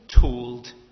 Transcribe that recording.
told